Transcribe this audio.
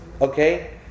Okay